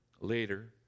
Later